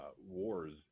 wars